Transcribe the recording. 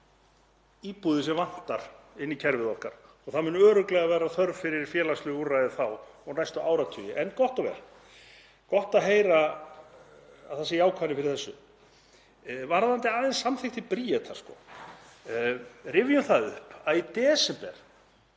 íbúðir inn í kerfið okkar og það mun örugglega vera þörf fyrir félagslegu úrræðin þá og næstu áratugi. En gott og vel. Það er gott að heyra að það sé jákvæðni fyrir þessu. Varðandi samþykktir Bríetar þá má rifja það upp að í desember